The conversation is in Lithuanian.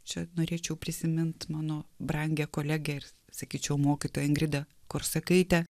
čia norėčiau prisimint mano brangią kolegę ir sakyčiau mokytoją ingridą korsakaitę